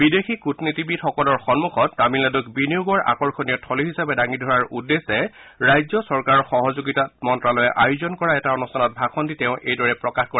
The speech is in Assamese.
বিদেশী কূটনীতিবিদসকলৰ সন্মুখত তামিলনাডুক বিনিয়োগৰ আকৰ্ষণীয় থলী হিচাপে দাঙি ধৰাৰ উদ্দেশ্যে ৰাজ্য চৰকাৰৰ সহযোগাত মন্তালয়ে আয়োজন কৰা এটা অনুষ্ঠানত ভাষণ দি তেওঁ এইদৰে প্ৰকাশ কৰে